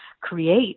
create